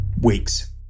weeks